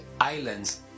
islands